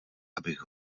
abych